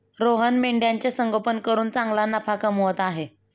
रोहन मेंढ्यांचे संगोपन करून चांगला नफा कमवत आहे